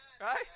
Right